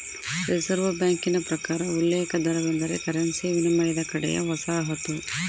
reserve ಬ್ಯಾಂಕಿನ ಪ್ರಕಾರ ಉಲ್ಲೇಖ ದರವೆಂದರೆ ಕರೆನ್ಸಿ ವಿನಿಮಯದ ಕಡೆಯ ವಸಾಹತು